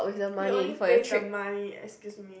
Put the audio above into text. he only pays the money excuse me